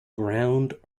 ground